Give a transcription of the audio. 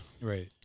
Right